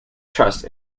trust